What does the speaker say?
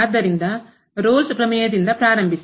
ಆದ್ದರಿಂದ ರೋಲ್ಸ್ ಪ್ರಮೇಯದಿಂದ ಪ್ರಾರಂಭಿಸಿ